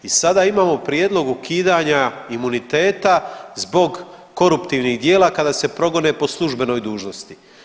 I sada imamo prijedlog ukidanja imuniteta zbog koruptivnih djela kada se progone po službenoj dužnosti.